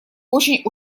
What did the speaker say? очень